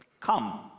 come